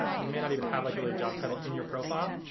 ah you may not even have like really a job title in your profile,